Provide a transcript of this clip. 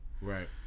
Right